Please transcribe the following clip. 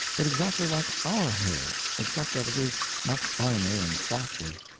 but exactly like our hair except that it is much finer and softer,